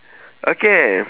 okay